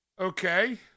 Okay